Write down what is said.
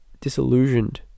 disillusioned